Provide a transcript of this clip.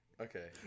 Okay